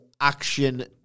action